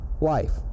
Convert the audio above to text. life